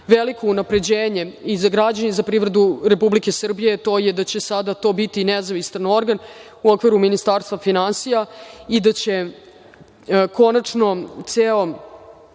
veliko unapređenje i za građane i za privredu Republike Srbije jeste da će to sada biti nezavistan organ u okviru Ministarstva finansija i da će konačno ceo